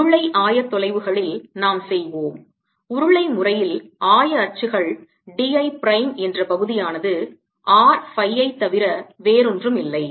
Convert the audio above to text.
உருளை ஆயத்தொலைவுகளில் நாம் செய்வோம் உருளை முறையில் ஆய அச்சுகள் d I ப்ரைம் என்ற பகுதியானது R phi ஐ தவிர வேறொன்றும் இல்லை